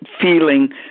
feeling